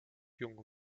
jung